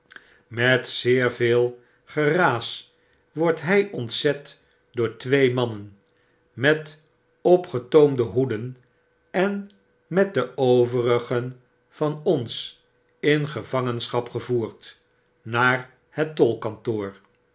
met zeer veel geraas wordt hy ontzetdoor twee mannen met opgetoomde hoeden en met de overigen van ons in gevangenschap gevoerd naar het